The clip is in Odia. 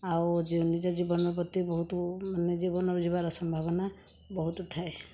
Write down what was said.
ଆଉ ଜ ନିଜ ଜୀବନ ପ୍ରତି ବହୁତ ମାନେ ଜୀବନର ଯିବାର ସମ୍ଭାବନା ବହୁତ ଥାଏ